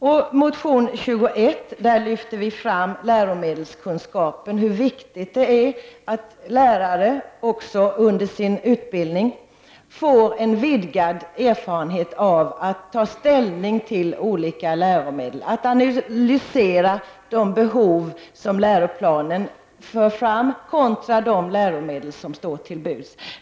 I reservation 21 lyfter vi fram läromedelskunskapen och framhåller hur viktigt det är att lärarna under sin utbildning får lära sig att ta ställning till olika läromedel och att analysera de behov som anges i läroplanen i förhållande till de läromedel som står till buds.